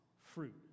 fruit